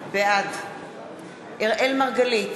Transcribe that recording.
בעד אראל מרגלית,